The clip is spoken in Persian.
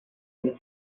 این